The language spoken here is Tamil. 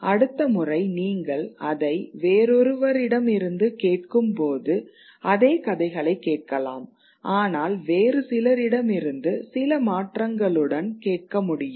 அடுத்த முறை நீங்கள் அதை வேறொருவரிடமிருந்து கேட்கும்போது அதே கதைகளைக் கேட்கலாம் ஆனால் வேறு சிலரிடமிருந்து சில மாற்றங்களுடன் கேட்க முடியும்